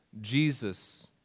Jesus